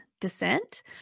descent